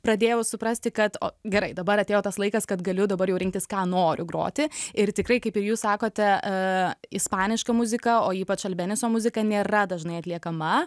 pradėjau suprasti kad o gerai dabar atėjo tas laikas kad galiu dabar jau rinktis ką noriu groti ir tikrai kaip ir jūs sakote ispaniška muzika o ypač albeneso muzika nėra dažnai atliekama